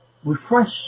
refresh